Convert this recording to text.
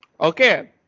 okay